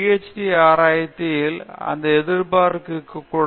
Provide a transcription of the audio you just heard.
D ஆராய்ச்சியில் எந்த எதிர்பார்ப்பும் இருக்க கூடாது